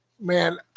man